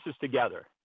together